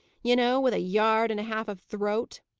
you know, with a yard and a half of throat.